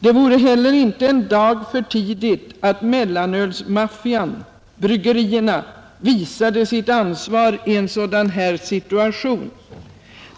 ——— Det vore heller inte en dag för tidigt att ”mellanölsmaffian” — bryggerierna — visade sitt ansvar i en sådan här situation.”